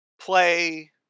Play